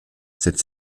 cette